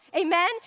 Amen